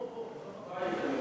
בתוך הבית,